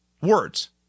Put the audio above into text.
words